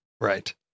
right